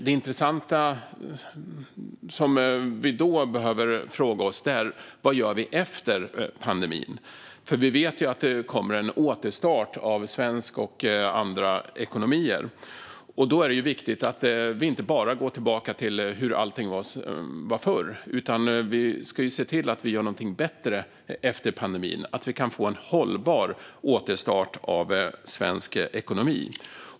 Det intressanta som vi då behöver fråga oss är vad vi gör efter pandemin. Vi vet ju att det kommer en återstart av svensk ekonomi liksom andra ekonomier. Då är det viktigt att vi inte bara går tillbaka till hur allting var förr utan ser till att göra någonting bättre efter pandemin så att vi kan få en hållbar återstart av svensk ekonomi.